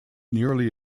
nearly